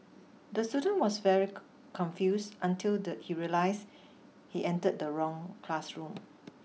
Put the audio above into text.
the student was very confused until the he realised he entered the wrong classroom